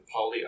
polio